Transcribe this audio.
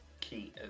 key